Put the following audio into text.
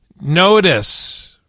Notice